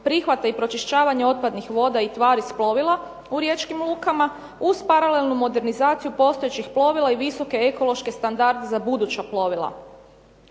prihvata i pročišćavanja otpadnih voda i tvari s plovila u riječkim lukama uz paralelnu modernizaciju postojećih plovila i visoke ekološke standarde za buduća plovila.